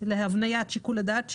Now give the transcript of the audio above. להבניית שיקול הדעת שלו,